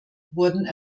wurden